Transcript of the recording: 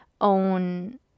own